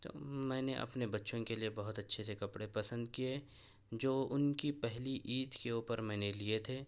تو میں نے اپنے بچوں کے لیے بہت اچھے سے کپڑے پسند کیے جو ان کی پہلی عید کے اوپر میں نے لیے تھے